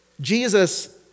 Jesus